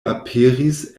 aperis